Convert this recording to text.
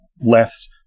less